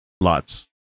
lots